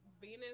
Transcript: venus